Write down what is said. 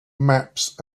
maps